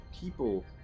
people